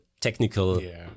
technical